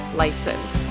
license